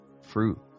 fruit